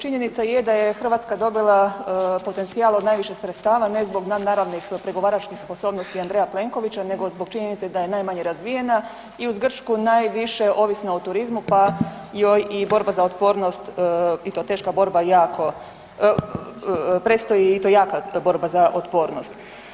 Činjenica je da je Hrvatska dobila potencijal od najviše sredstava, ne zbog nadnaravnih pregovaračkih sposobnosti Andreja Plenkovića, nego zbog činjenice da je najmanje razvijena i uz Grčku, najviše ovisna o turizmu pa joj i borba za otpornost, i to teška borba jako, predstoji i to jaka borba za otpornost.